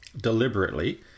deliberately